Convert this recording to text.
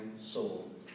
soul